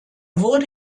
wurde